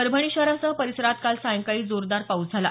परभणी शहरासह परिसरात काल सायंकाळी जोरदार पाऊस झाला